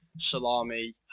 Salami